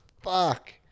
Fuck